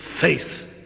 faith